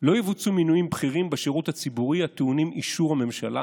לא יבוצעו מינויים בכירים בשירות הציבורי הטעונים אישור הממשלה.